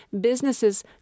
businesses